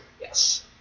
Yes